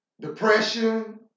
depression